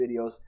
videos